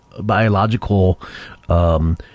biological